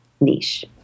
niche